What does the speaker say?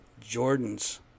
Jordan's